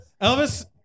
Elvis